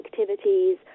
activities